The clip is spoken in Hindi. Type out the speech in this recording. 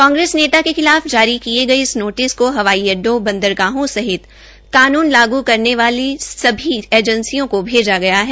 कांग्रेस नेता के खिलाफ जारी किये गये इस नोटिस को हवाई अड्डो बंदरगाहों सहित कानून लागू करने वाले वाली सभी एजेंसियों को भेजा गया है